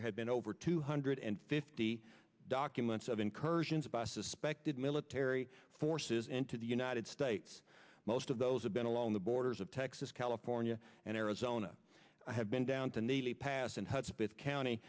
there have been over two hundred and fifty documents of incursions by suspected military forces into the united states most of those have been along the borders of texas california and arizona have been down to nearly pass